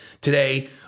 today